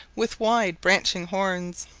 with wide branching horns.